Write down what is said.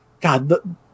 God